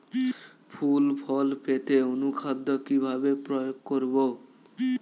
ফুল ফল পেতে অনুখাদ্য কিভাবে প্রয়োগ করব?